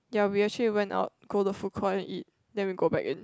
ya we actually went out go the food court and eat then we go back again